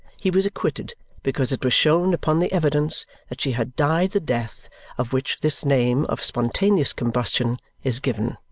he was acquitted because it was shown upon the evidence that she had died the death of which this name of spontaneous combustion is given.